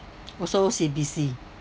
also O_C_B_C